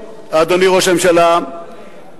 אדוני ראש הממשלה,